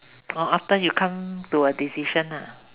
oh after you come to a decision ah